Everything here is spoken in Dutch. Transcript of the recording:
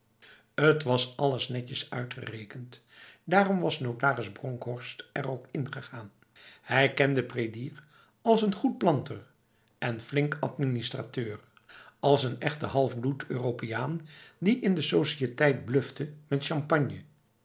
het was alles netjes uitgerekend daarom was notaris bronkhorst er ook in gegaan hij kende prédier als een goed planter en flink administrateur als een echte halfbloed europeaan die in de sociëteit blufte met champagne